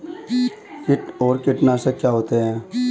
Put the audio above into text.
कीट और कीटनाशक क्या होते हैं?